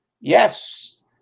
Yes